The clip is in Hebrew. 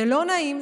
זה לא נעים,